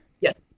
Yes